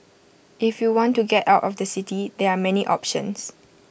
if you want to get out of the city there are many options